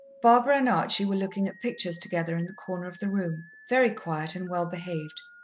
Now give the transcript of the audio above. barbara and archie were looking at pictures together in the corner of the room, very quiet and well behaved.